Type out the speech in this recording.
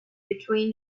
between